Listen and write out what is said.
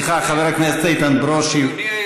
סליחה, חבר הכנסת איתן ברושי, נכון מאוד.